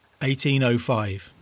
1805